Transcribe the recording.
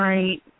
Right